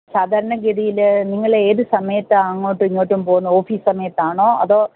സാധാരണ ഗതിയില് നിങ്ങളെ ഏത് സമയത്താ അങ്ങോട്ടും ഇങ്ങോട്ടും പോകുന്നത് ഓഫീസ് സമയത്താണോ അതോ